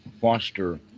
foster